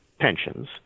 pensions